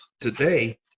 today